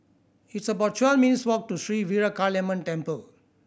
it's about twelve minutes' walk to Sri Veeramakaliamman Temple